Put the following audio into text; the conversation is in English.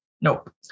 Nope